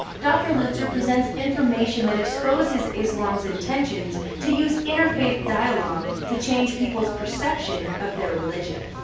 dr. lutzer presents information that exposes islam's intentions to use interfaith dialogue to change people's perception of their religion.